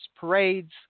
parades